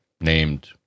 named